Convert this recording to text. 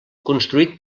construït